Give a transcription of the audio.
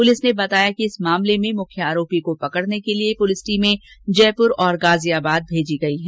police ने बताया कि इस मामले में मुख्य आरोपी को पकड़ने के लिए पुलिस टीमें जयपुर और गाजियाबाद भेजी गई हैं